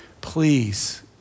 Please